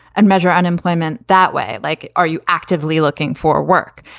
and measure unemployment that way, like, are you actively looking for work?